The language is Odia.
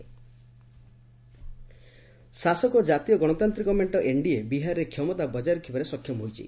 ବିହାର ଏନ୍ଡିଏ ଶାସକ ଜାତୀୟ ଗଣତାନ୍ତ୍ରିକ ମେଣ୍ଟ ଏନ୍ଡିଏ ବିହାରରେ କ୍ଷମତା ବଜାୟ ରଖିବାରେ ସକ୍ଷମ ହୋଇଛି